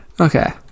Okay